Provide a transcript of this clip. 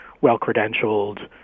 well-credentialed